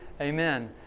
Amen